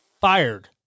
fired